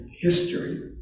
history